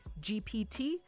GPT